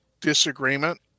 disagreement